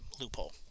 loophole